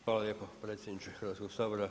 Hvala lijepa predsjedniče Hrvatskog sabora.